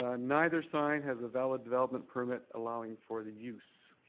ah neither sign has a valid development permit allowing for the use.